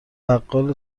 بقال